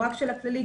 רק של הכללית,